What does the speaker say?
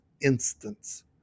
instance